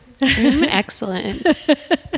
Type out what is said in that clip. excellent